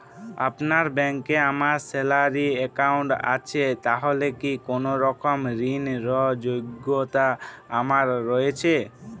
আপনার ব্যাংকে আমার স্যালারি অ্যাকাউন্ট আছে তাহলে কি কোনরকম ঋণ র যোগ্যতা আমার রয়েছে?